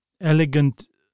elegant